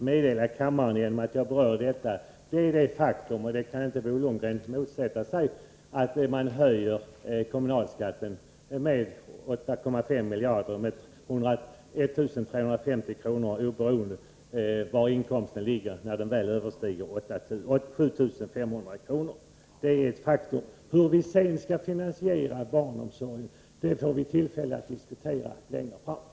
Herr talman! Jag ville genom att beröra denna fråga meddela kammaren det faktum att moderaterna höjer kommunalskatten med 8,5 miljarder — med 1 550 kr. oberoende av hur hög inkomsten är när den väl överstiger 7 500 kr. Det är ett faktum, som Bo Lundgren inte kan motsätta sig. Hur vi skall finansiera barnomsorgen får vi tillfälle att diskutera längre fram.